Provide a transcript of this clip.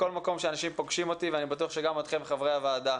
בכל מקום שאנשים פוגשים אותי ואני בטוח שגם אתכם חברי הוועדה.